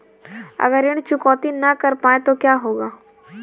अगर ऋण चुकौती न कर पाए तो क्या होगा?